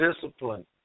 discipline